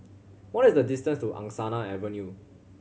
what is the distance to Angsana Avenue